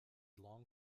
long